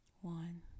One